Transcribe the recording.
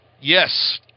Yes